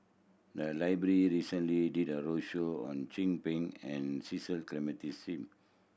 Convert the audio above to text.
the library recently did a roadshow on Chin Peng and Cecil Clementi Smith